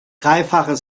dreifache